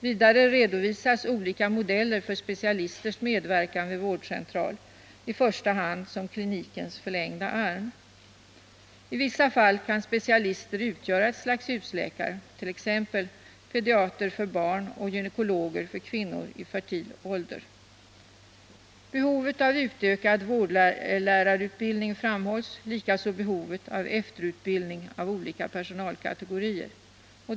Vidare redovisas olika modeller för specialisters medverkan vid vårdcentral, i första hand som ”klinikens förlängda arm”. I vissa fall kan specialister utgöra ett slags ”husläkare”, t.ex. pediatriker för barn och gynekologer för kvinnor i fertil ålder. Behovet av utökad vårdlärarutbildning framhålls, likaså behovet av efterutbildning av olika personalkategorier.